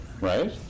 Right